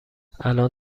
الان